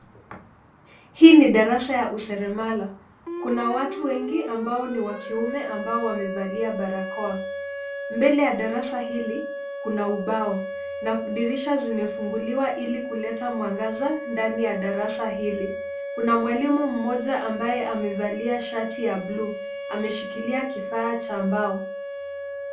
Hii ni darasa ya useremala. Kuna watu wengi ambao ni wa kiume ambao wamevalia barakoa. Mbele ya darasa hili kuna ubao na dirisha zimefunguliwa ili kuleta mwangaza ndani ya darasa hili. Kuna mwalimu mmoja ambaye amevalia shati ya bluu ameshikilia kifaa cha mbao.